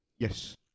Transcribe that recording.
Yes